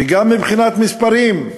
וגם מבחינת מספרים,